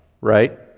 right